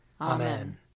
Amen